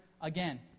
again